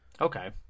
Okay